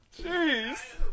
Jeez